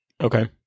Okay